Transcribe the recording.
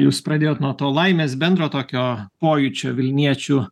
jūs pradėjote nuo to laimės bendro tokio pojūčio vilniečių